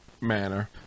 manner